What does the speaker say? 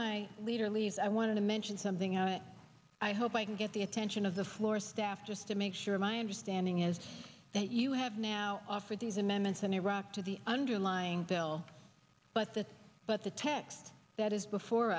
my leader leaves i want to mention something i i hope i can get the attention of the floor staff just to make sure my understanding is that you have now offered these amendments in iraq to the underlying bill but the but the text that is before